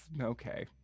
Okay